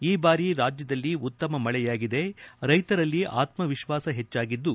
ಈ ಬಾರಿ ರಾಜ್ಯದಲ್ಲಿ ಉತ್ತಮ ಮಳೆಯಾಗಿದೆ ರೈತರರಲ್ಲಿ ಆತ್ಮವಿಶ್ವಾಸ ಹೆಚ್ಚಾಗಿದ್ದು